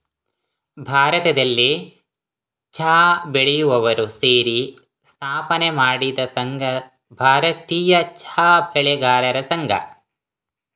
ಭಾರತದಲ್ಲಿ ಚಾ ಬೆಳೆಯುವವರು ಸೇರಿ ಸ್ಥಾಪನೆ ಮಾಡಿದ ಸಂಘ ಭಾರತೀಯ ಚಾ ಬೆಳೆಗಾರರ ಸಂಘ